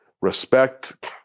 Respect